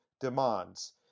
demands